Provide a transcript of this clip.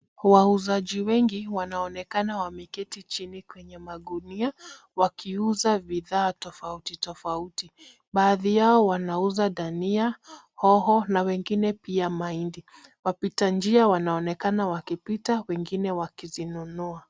Wauzaji wengi wanaonekana wameketi chini kwenye magunia wakiuza bidhaa tofauti tofauti Baadhi yao wanauza dania, hoho na wengine pia mahindi. Wapitanjia wanaonekana wakipita wengine wakizinunua.